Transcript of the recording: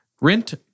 rent